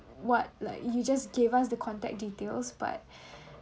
what like you just gave us the contact details but